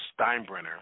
Steinbrenner